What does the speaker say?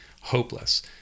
hopeless